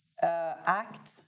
act